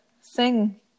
sing